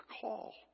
call